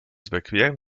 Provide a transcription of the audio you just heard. überqueren